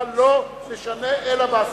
אמרתי לה: לא נשנה, אלא בהסכמה.